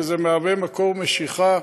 שזה מהווה מקור משיכה.